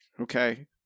okay